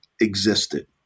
existed